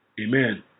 Amen